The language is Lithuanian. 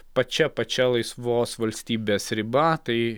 pačia pačia laisvos valstybės riba tai